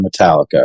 Metallica